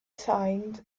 signed